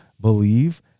believe